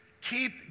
keep